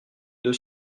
deux